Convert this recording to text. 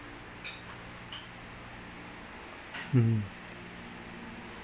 mm